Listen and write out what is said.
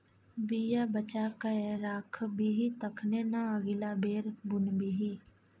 बीया बचा कए राखबिही तखने न अगिला बेर बुनबिही